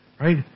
Right